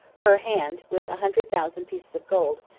her hand, with a hundred thousand pieces of gold,